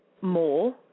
more